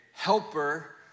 Helper